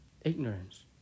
ignorance